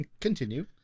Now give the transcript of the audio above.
Continue